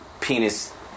penis